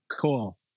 Cool